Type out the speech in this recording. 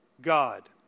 God